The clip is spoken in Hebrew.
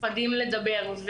פוחדים לדבר.